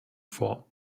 vor